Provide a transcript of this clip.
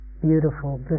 beautiful